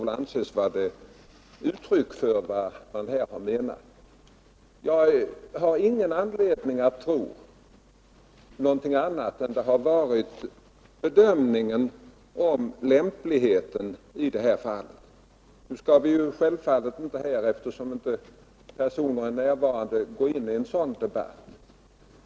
militär anses vara uttryck för vad man här har menat. personals rätt att Jag har ingen anledning tro någonting annat än att det har gällt en bege uttryck för dömning av lämpligheten i detta fall. Nu skall vi självfallet inte här, eftersom politisk uppfattde personer det gäller inte är närvarande, gå in i en sådan debatt.